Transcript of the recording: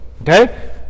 Okay